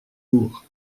lourd